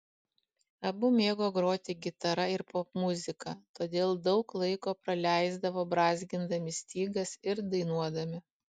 abu mėgo groti gitara ir popmuziką todėl daug laiko praleisdavo brązgindami stygas ir dainuodami